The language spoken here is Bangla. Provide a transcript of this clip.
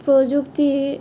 প্রযুক্তির